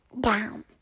down